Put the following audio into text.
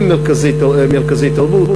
עם מרכזי תרבות,